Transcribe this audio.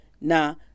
now